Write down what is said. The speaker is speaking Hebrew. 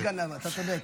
וּסגניו, אתה צודק.